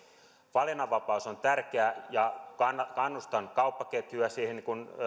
valinnanvapaus on tärkeää ja kannustan kauppaketjuja siihen